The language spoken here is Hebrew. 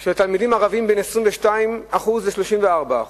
של תלמידים ערבים מ-22% ל-34%.